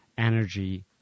energy